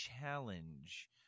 challenge